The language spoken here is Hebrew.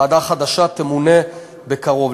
ועדה חדשה תמונה בקרוב.